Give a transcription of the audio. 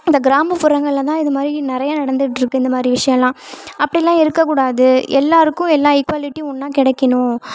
இந்த கிராமப்புறங்களில் தான் இது மாதிரி நிறைய நடந்துட்டுருக்கு இந்தமாதிரி விஷயல்லாம் அப்படிலாம் இருக்கக்கூடாது எல்லோருக்கும் எல்லா ஈக்குவாலிட்டியும் ஒன்னாக கிடைக்கணும்